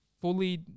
fully